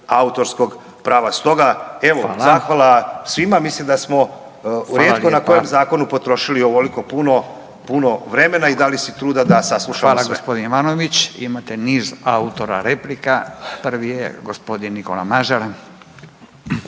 autorskog prava. Stoga, evo zahvala svima, mislim da smo u rijetko na kojem zakonu potrošili ovoliko puno, puno vremena i dali si truda da saslušamo sve. **Radin, Furio (Nezavisni)** Hvala g. Ivanović. Imate niz autora replika, prvi je g. Nikola Mažar.